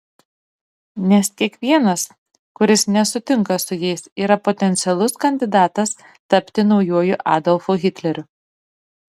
nes kiekvienas kuris nesutinka su jais yra potencialus kandidatas tapti naujuoju adolfu hitleriu